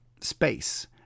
space